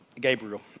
Gabriel